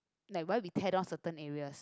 like why we tear down certain areas